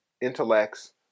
intellects